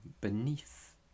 beneath